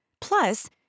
Plus